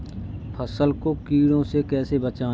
फसल को कीड़ों से कैसे बचाएँ?